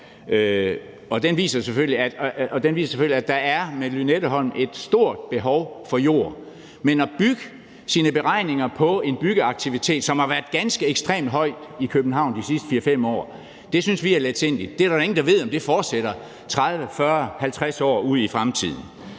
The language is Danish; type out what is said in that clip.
den viser selvfølgelig, at der med Lynetteholm er et stort behov for jord. Men at bygge sine beregninger på en byggeaktivitet, som har været ganske ekstremt høj i København de sidste 4-5 år, synes vi er letsindigt; der er da ingen, der ved, om det fortsætter 30, 40, 50 år ude i fremtiden.